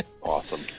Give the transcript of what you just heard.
Awesome